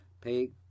Pay